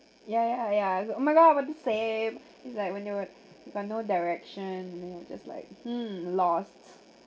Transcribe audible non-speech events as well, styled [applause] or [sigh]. ya ya ya [noise] oh my god we're the same it's like when they were we got no direction and we're just like hmm lost